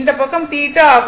இந்த பக்கம் θ ஆகும்